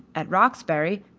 at roxbury,